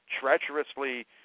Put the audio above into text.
treacherously